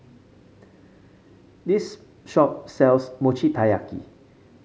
this shop sells Mochi Taiyaki